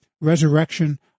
resurrection